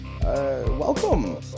welcome